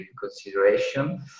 consideration